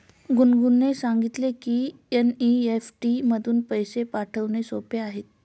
गुनगुनने सांगितले की एन.ई.एफ.टी मधून पैसे पाठवणे सोपे आहे